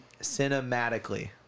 cinematically